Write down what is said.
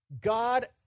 God